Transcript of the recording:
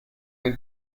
nel